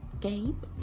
Gabe